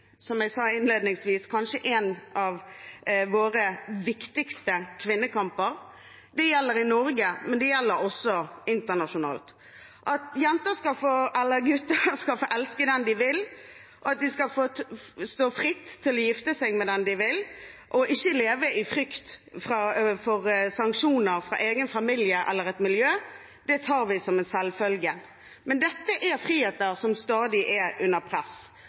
som jeg sa innledningsvis – kanskje en av våre viktigste kvinnekamper. Det gjelder i Norge, men det gjelder også internasjonalt. At jenter eller gutter skal få elske den de vil, at de skal stå fritt til å gifte seg med den de vil, og ikke leve i frykt for sanksjoner fra egen familie eller fra et miljø, tar vi som en selvfølge, men dette er friheter som stadig er under press.